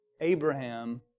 Abraham